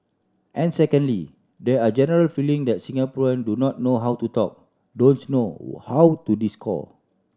and secondly there are a general feeling that Singaporean do not know how to talk don't know how to discourse